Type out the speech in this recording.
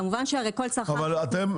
כמובן שהרי כל צרכן -- רגע,